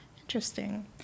Interesting